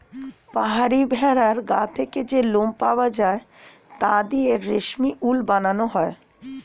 পাহাড়ি ভেড়ার গা থেকে যে লোম পাওয়া যায় তা দিয়ে রেশমি উল বানানো হয়